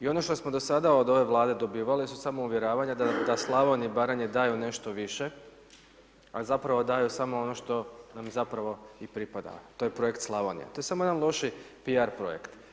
I ono što smo do sada od ove vlade dobivali, su samo uvjeravanja da Slavonija i Baranja daju nešto više, ali zapravo daju samo ono što nam zapravo pripada, to je projekt Slavonija, to je samo jedan loši p.r. projekt.